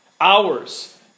Hours